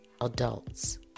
adults